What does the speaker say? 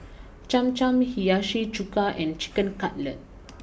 Cham Cham Hiyashi Chuka and Chicken Cutlet